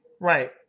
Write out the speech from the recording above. Right